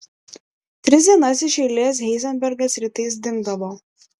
tris dienas iš eilės heizenbergas rytais dingdavo